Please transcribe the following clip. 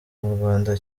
murwanda